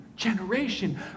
generation